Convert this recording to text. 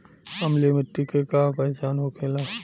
अम्लीय मिट्टी के का पहचान होखेला?